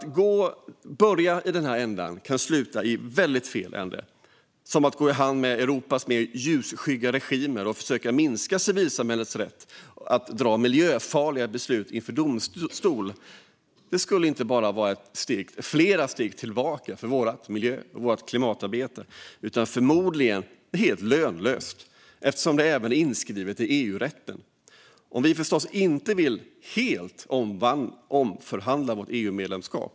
Om man börjar i denna ända kan leda till att det slutar väldigt fel. Det vore som att gå hand i hand med Europas mer ljusskygga regimer och försöka minska civilsamhällets rätt att dra miljöfarliga beslut inför domstol. Det skulle inte bara vara flera steg tillbaka för vårt miljö och klimatarbete, utan förmodligen också helt lönlöst eftersom det även är inskrivet i EU-rätten - såvida man inte också helt vill omförhandla vårt EU-medlemskap.